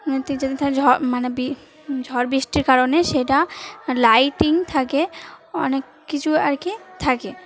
যদি মানে ঝড় বৃষ্টির কারণে সেটা লাইটিং থাকে অনেক কিছু আর কি থাকে